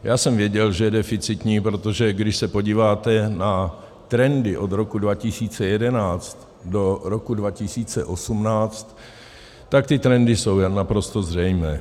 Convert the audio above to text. Já jsem věděl, že je deficitní, protože když se podíváte na trendy od roku 2011 do roku 2018, tak ty trendy jsou naprosto zřejmé.